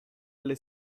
alle